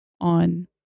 on